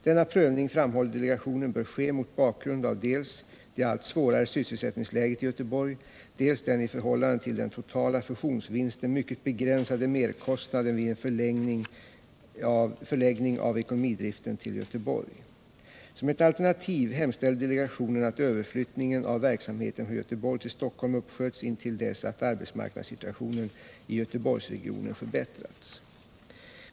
Denna prövning, framhåller delegationen, bör ske mot bakgrund av dels det allt svårare sysselsättningsläget i Göteborg, dels den i förhållande till den totala fusionsvinsten mycket begränsade merkostnaden vid en förläggning av ekonomidriften till Göteborg. Som ett alternativ hemställde delegationen att överflyttningen av verksamheten från Göteborg till Stockholm uppsköts intill dess att arbetsmarknadssituationen i Göteborgsregionen förbättrats.